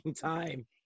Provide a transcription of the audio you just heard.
time